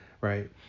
right